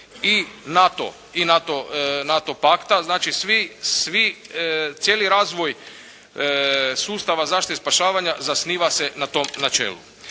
i NATO pakta. Znači, svi, cijeli razvoj sustava zaštite i spašavanja zasniva se na tom načelu.